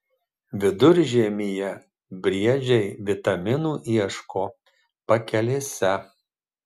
viduržiemyje briedžiai vitaminų ieško pakelėse